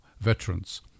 veterans